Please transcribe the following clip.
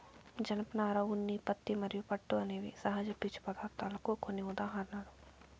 జనపనార, ఉన్ని, పత్తి మరియు పట్టు అనేవి సహజ పీచు పదార్ధాలకు కొన్ని ఉదాహరణలు